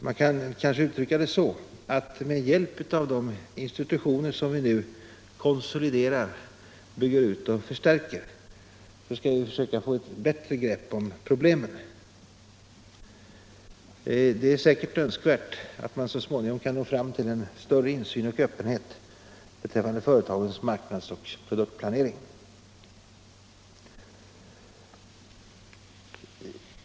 Man kanske kan uttrycka det så, att med hjälp av de institutioner vi nu konsoliderar, bygger ut och förstärker skall vi försöka få ett bättre grepp om problemen. Det är säkert önskvärt att vi så småningom kan nå fram till större insyn och öppenhet i företagens marknads och produktplanering.